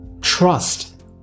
Trust